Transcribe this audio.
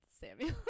Samuel